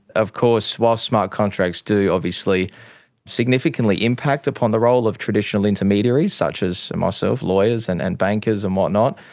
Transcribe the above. of course while smart contracts do obviously significantly impact upon the role of traditional intermediaries such as ah so myself, lawyers and and bankers and whatnot,